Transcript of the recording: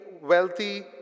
wealthy